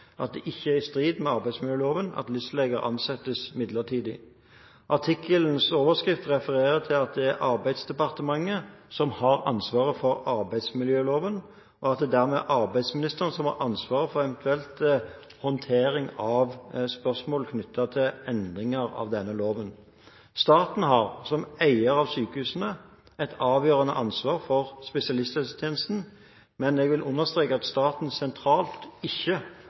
at det ikke er i strid med arbeidsmiljøloven at LIS-leger ansettes midlertidig. Artikkelens overskrift refererer til at det er Arbeidsdepartementet som har ansvaret for arbeidsmiljøloven, og at det dermed er arbeidsministeren som har ansvaret for eventuell håndtering av spørsmål knyttet til endringer av denne loven. Staten har som eier av sykehusene et avgjørende ansvar for spesialisthelsetjenesten, men jeg vil understreke at staten sentralt ikke